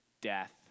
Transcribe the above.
death